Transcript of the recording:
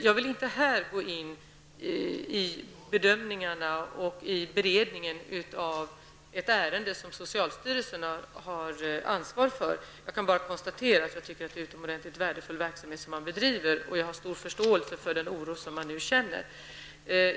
Jag vill inte här gå in i de bedömningar och i den beredning av ett ärende som socialstyrelsen har ansvar för. Jag kan bara konstatera att det är en utomordentligt värdefull verksamhet som man bedriver. Jag har stor förståelse för den oro som man nu känner.